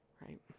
right